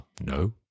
no